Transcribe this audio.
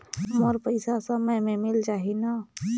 मोर पइसा समय पे मिल जाही न?